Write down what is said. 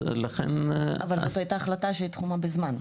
אבל זאת הייתה החלטה שתחומה בזמן.